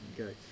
okay